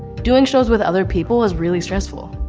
doing shows with other people is really stressful.